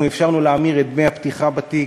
אנחנו אפשרנו להמיר את דמי הפתיחה בתיק,